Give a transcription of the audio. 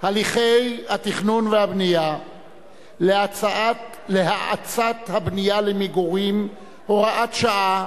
הליכי תכנון ובנייה להאצת הבנייה למגורים (הוראת שעה),